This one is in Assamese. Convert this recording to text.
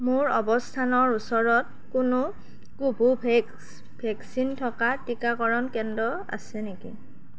মোৰ অৱস্থানৰ ওচৰত কোনো কোভো ভেক্স ভেকচিন থকা টিকাকৰণ কেন্দ্ৰ আছে নেকি